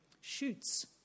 Shoots